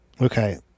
Okay